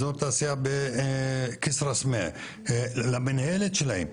אזור תעשייה בכסרא סמיע למנהלת שלהם,